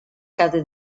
cada